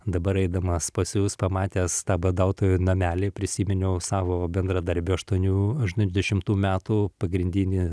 dabar eidamas pas jus pamatęs tą badautojų namelį prisiminiau savo bendradarbio aštuonių aštuoniasdešimtų metų pagrindinį